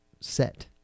set